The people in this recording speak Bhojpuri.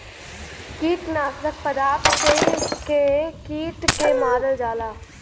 कीटनाशक पदार्थ से के कीट के मारल जाला